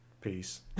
peace